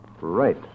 Right